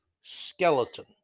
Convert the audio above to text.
skeleton